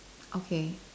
okay